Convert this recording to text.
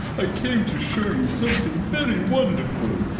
i came to show you something very wonderful.